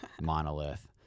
monolith